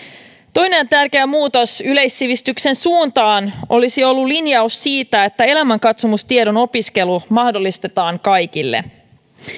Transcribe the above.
toinen tärkeä muutos yleissivistyksen suuntaan olisi ollut linjaus siitä että elämänkatsomustiedon opiskelu mahdollistetaan kaikille